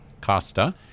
Costa